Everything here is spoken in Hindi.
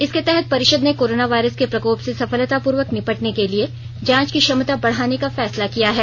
इसके तहत परिषद ने कोरोना वायरस के प्रकोप से सफलतापूर्वक निपटने के लिए जांच की क्षमता बढ़ाने का फैसला किया है